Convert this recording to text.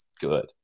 good